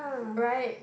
right